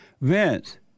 Vince